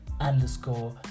underscore